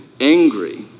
angry